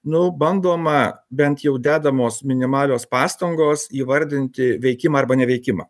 nuo bandoma bent jau dedamos minimalios pastangos įvardinti veikimą arba neveikimą